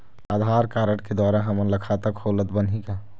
आधार card के द्वारा हमन ला खाता खोलत बनही का?